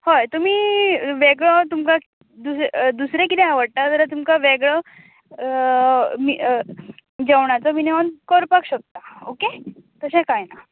हय तुमी वेगळो तुमकां दुस दुसरें कितें आवडटा जाल्यार तुमकां वेगळो मी जेवणाचो बी नोंद करपाक शकता ऑके तशें कांय ना